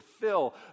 fill